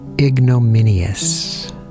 ignominious